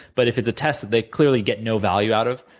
but if it's a test that they clearly get no value out of,